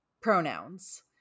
pronouns